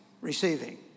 receiving